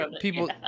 people